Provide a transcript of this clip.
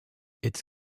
its